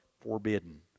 forbidden